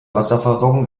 wasserversorgung